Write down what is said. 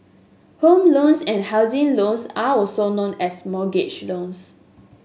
home loans and housing loans are also known as mortgage loans